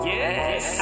Yes